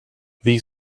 these